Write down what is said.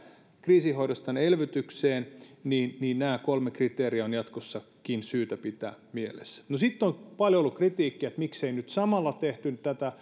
kriisin hoidosta tänne elvytykseen nämä kolme kriteeriä on jatkossakin syytä pitää mielessä no sitten on paljon ollut kritiikkiä että miksei nyt samalla tehty